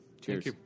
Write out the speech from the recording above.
Cheers